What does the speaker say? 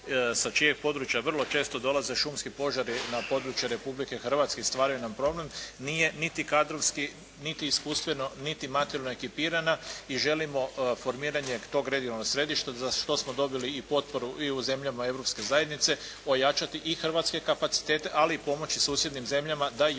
sa čijeg područja vrlo često dolaze šumski požari na područje Republike Hrvatske i stvaraju nam problem, nije niti kadrovski niti iskustveno niti materijalno ekipirana i želimo formiranje tog regionalnog središta za što smo dobili i potporu i u zemljama Europske zajednice, ojačati i hrvatske kapacitete ali i pomoći susjednim zemljama da i